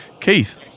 Keith